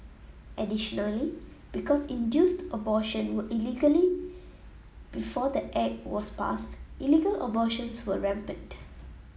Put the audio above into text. additionally because induced abortion were illegally before the Act was passed illegal abortions were rampant